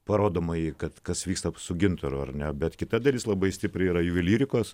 parodomąjį kad kas vyksta su gintaru ar ne bet kita dalis labai stipri yra juvelyrikos